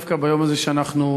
דווקא ביום הזה שאנחנו,